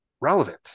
relevant